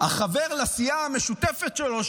החבר לסיעה המשותפת שלו,